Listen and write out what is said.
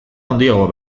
handiago